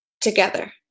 together